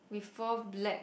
with four black